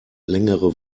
längere